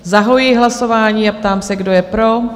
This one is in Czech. Zahajuji hlasování a ptám se, kdo je pro?